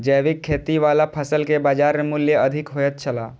जैविक खेती वाला फसल के बाजार मूल्य अधिक होयत छला